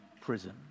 prison